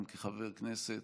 גם כחבר הכנסת.